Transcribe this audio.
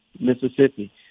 Mississippi